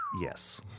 Yes